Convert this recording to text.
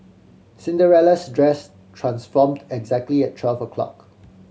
Cinderella's dress transformed exactly at twelve o'clock